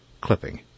clipping